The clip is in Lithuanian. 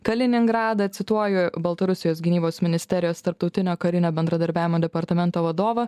kaliningradą cituoju baltarusijos gynybos ministerijos tarptautinio karinio bendradarbiavimo departamento vadovą